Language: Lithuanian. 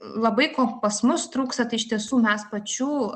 labai ko pas mus trūksta tai iš tiesų mes pačių